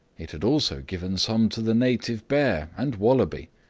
it had also given some to the native bear, and wallaby,